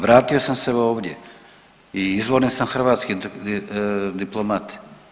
Vratio sam se ovdje i izvorni sam hrvatski diplomat.